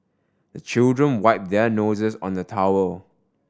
the children wipe their noses on the towel